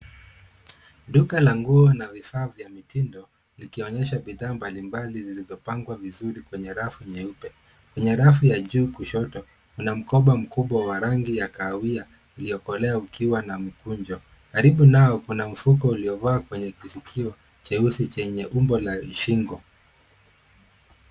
Duka la nguo na vifaa vya mitindo, likionyesha bidhaa mbalimbali zilivyopangwa vizuri kwenye rafu nyeupe. Kwenye rafu ya juu kushoto kuna mkoba mkubwa wa rangi ya kahawia iliyokolea ukiwa na mikunjo. Karibu nao, kuna mfuko uliovaa kwenye kisikio cheusi chenye umbo la shingo.